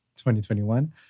2021